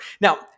Now